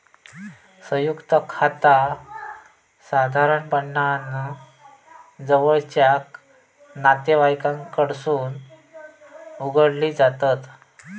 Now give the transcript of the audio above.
संयुक्त खाता साधारणपणान जवळचा नातेवाईकांकडसून उघडली जातत